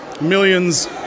millions